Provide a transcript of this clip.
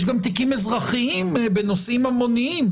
יש גם תיקים אזרחיים בנושאים ממוניים,